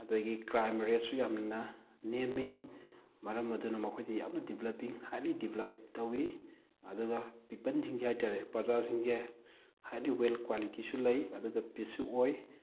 ꯑꯗꯒꯤ ꯀ꯭꯭ꯔꯥꯏꯝ ꯔꯦꯠꯁꯨ ꯌꯥꯝꯅ ꯅꯦꯝꯃꯤ ꯃꯔꯝ ꯑꯗꯨꯅ ꯃꯈꯣꯏꯗꯤ ꯌꯥꯝꯅ ꯗꯤꯕꯂꯞꯄꯤꯡ ꯍꯥꯏꯂꯤ ꯗꯤꯕꯂꯞ ꯇꯧꯋꯤ ꯑꯗꯨꯒ ꯄꯤꯄꯜꯁꯤꯡꯁꯦ ꯍꯥꯏ ꯇꯥꯔꯦ ꯄ꯭ꯔꯖꯥꯁꯤꯡꯁꯦ ꯍꯥꯏꯗꯤ ꯋꯦꯜ ꯀ꯭ꯋꯥꯂꯤꯇꯤꯁꯨ ꯂꯩ ꯑꯗꯨꯒ ꯄꯤꯁꯁꯨ ꯑꯣꯏ